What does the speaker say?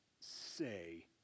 say